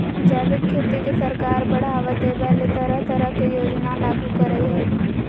जैविक खेती के सरकार बढ़ाबा देबय ले तरह तरह के योजना लागू करई हई